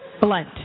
blunt